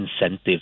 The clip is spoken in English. incentives